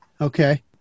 Okay